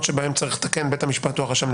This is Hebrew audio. שבהם צריך לתקן ל-"בית המשפט או הרשם,